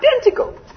identical